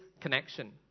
connection